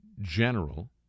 general